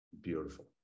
Beautiful